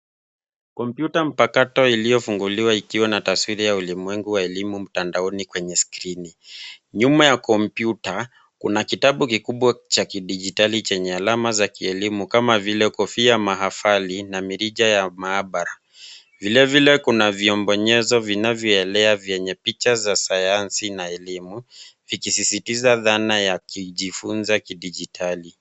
Kompyuta mpakato iliyofunguliwa ikiwa na taswira ya ulimwengu wa elimu mtandaoni kwenye skrini. Nyuma ya kompyuta kuna kitabu kikubwa cha kidijitali chenye alama za kielimu kama kofia mahafali na mirija ya maabara. Vilevile kuna vyombo nyenzo vinavyoelea vyenye picha za sayansi na elimu, vikisisitiza dhana ya kujifunza kidijitali.